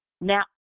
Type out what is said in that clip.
Now